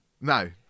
No